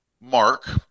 Mark